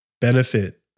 benefit